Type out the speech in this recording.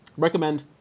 Recommend